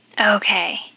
Okay